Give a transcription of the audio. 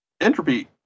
Entropy